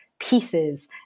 pieces